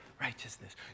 righteousness